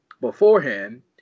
beforehand